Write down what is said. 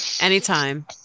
Anytime